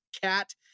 cat